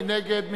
מי נגד?